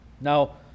Now